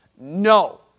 no